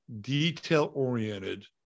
detail-oriented